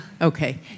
Okay